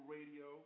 Radio